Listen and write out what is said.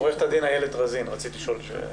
עורכת הדין איילת רזין, רצית לשאול.